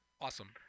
Awesome